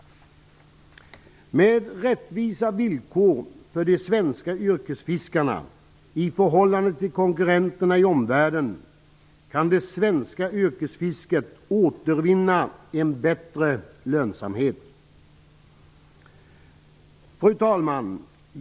Med rättvisa villkor för de svenska yrkesfiskarna i förhållande till konkurrenterna i omvärlden kan det svenska yrkesfisket återvinna en bättre lönsamhet. Fru talman!